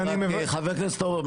חבר הכנסת אורבך,